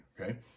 okay